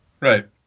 Right